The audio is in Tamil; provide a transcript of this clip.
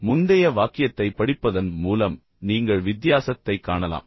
இப்போது முந்தைய வாக்கியத்தைப் படிப்பதன் மூலம் நீங்கள் வித்தியாசத்தைக் காணலாம்